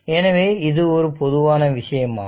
எனவே இது பொதுவான விஷயமாகும்